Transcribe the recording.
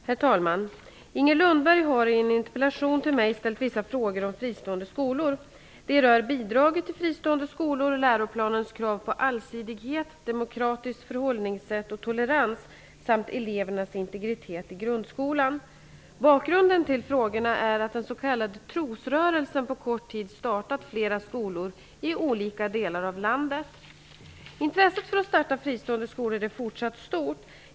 Herr talman! Inger Lundberg har i en interpellation till mig ställt vissa frågor om fristående skolor. De rör bidraget till fristående skolor, läroplanens krav på allsidighet, demokratiskt förhållningssätt och tolerans samt elevernas integritet i grundskolan. Bakgrunden till frågorna är att den s.k. trosrörelsen på kort tid startat flera skolor i olika delar av landet. Intresset för att starta fristående skolor är fortsatt stort.